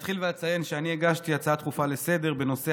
אתחיל ואציין שאני הגשתי הצעה דחופה לסדר-היום בנושא